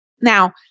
Now